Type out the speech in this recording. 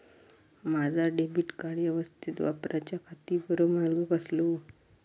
माजा debit card यवस्तीत वापराच्याखाती बरो मार्ग कसलो?